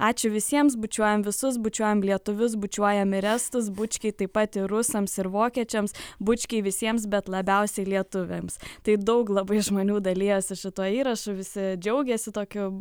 ačiū visiems bučiuojam visus bučiuojam lietuvius bučiuojam ir estus bučkiai taip pat ir rusams ir vokiečiams bučkiai visiems bet labiausiai lietuviams tai daug labai žmonių dalijasi šituo įrašu visi džiaugiasi tokiu